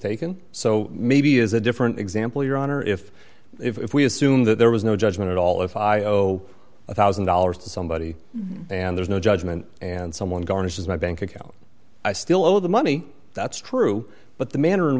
taken so maybe is a different example your honor if if we assume that there was no judgment at all if i owe a one thousand dollars to somebody and there's no judgment and someone garnishes my bank account i still owe the money that's true but the manner in